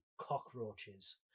cockroaches